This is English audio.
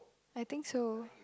I think so